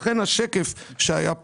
לכן השקף שהיה פה,